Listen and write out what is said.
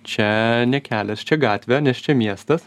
čia ne kelias čia gatvė nes čia miestas